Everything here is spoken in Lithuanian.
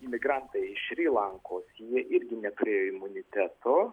imigrantai iš šri lankos jie irgi neturėjo imuniteto